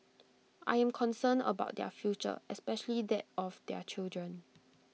I am concerned about their future especially that of their children